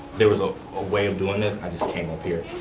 there was a ah way of doing this. i just came up here,